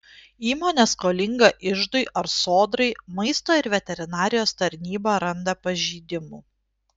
įmonė skolinga iždui ar sodrai maisto ir veterinarijos tarnyba randa pažeidimų